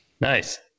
Nice